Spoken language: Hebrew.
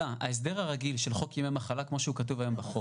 ההסדר הרגיל של חוק ימי מחלה כמו שהוא כתוב היום בחוק.